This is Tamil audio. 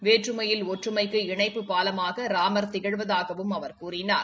வேற்றுமையில் ஒற்றுமைக்கு இணைப்புப் பாலமாக ராமர் திகழ்வதாகவும் அவர் கூறினார்